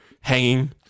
hanging